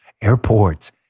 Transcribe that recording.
Airports